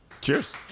Cheers